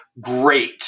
great